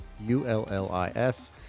U-L-L-I-S